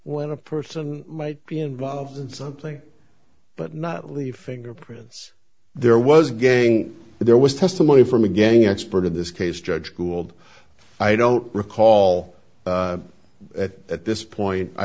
when a person might be involved in something but not leave fingerprints there was again there was testimony from a gang expert in this case judge gould i don't recall that at this point i